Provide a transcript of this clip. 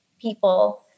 people